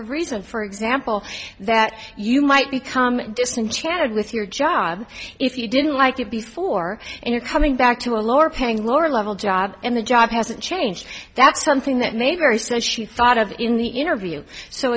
of reason for example that you might become disenchanted with your job if you didn't like it before and you're coming back to a lower paying lower level job and the job hasn't changed that's something that may vary says she thought of in the interview so